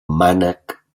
mànec